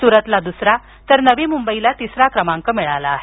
सुरतला दुसरा तर नवी मुंबईला तिसरा क्रमांक मिळाला आहे